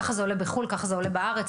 ככה זה עולה בחו"ל, ככה זה עולה בארץ.